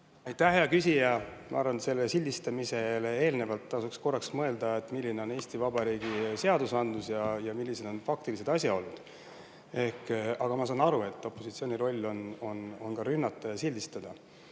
hea küsija! Ma arvan, et enne sellist sildistamist tasuks korraks mõelda, milline on Eesti Vabariigi seadusandlus ja millised on faktilised asjaolud. Aga ma saan aru, et opositsiooni roll on ka rünnata ja sildistada. Esiteks,